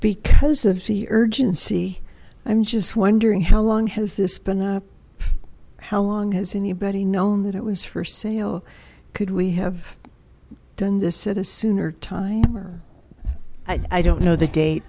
because of the urgency i'm just wondering how long has this been how long has anybody known that it was for sale could we have done this it is sooner time i don't know the date